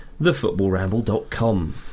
thefootballramble.com